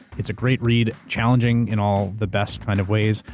it's a great read, challenging in all the best kind of ways.